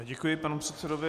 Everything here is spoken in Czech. Děkuji panu předsedovi.